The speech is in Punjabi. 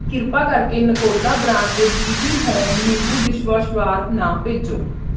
ਕਿਰਪਾ ਕਰਕੇ ਨਕੋਦਾ ਬ੍ਰਾਂਡ ਦੇ ਬੀ ਬੀ ਹੋਮ ਨਿੰਬੂ ਡਿਸ਼ਵਾਸ਼ ਬਾਰ ਨਾ ਭੇਜੋ